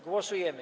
Głosujemy.